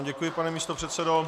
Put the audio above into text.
Děkuji, pane místopředsedo.